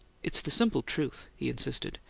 it's the simple truth, he insisted.